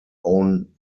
own